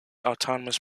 autonomous